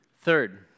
Third